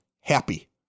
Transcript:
happy